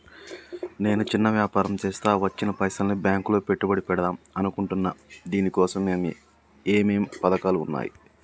నేను చిన్న వ్యాపారం చేస్తా వచ్చిన పైసల్ని బ్యాంకులో పెట్టుబడి పెడదాం అనుకుంటున్నా దీనికోసం ఏమేం పథకాలు ఉన్నాయ్?